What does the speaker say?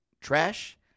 trash